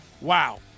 wow